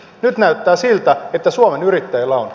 nyt näyttää siltä että suomen yrittäjillä on